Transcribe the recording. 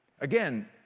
Again